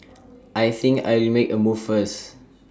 I think I'll make A move first